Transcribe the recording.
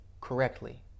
correctly